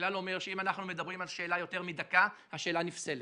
והכלל אומר שאם אנחנו מדברים על שאלה יותר מדקה השאלה נפסלת.